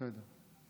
בסדר.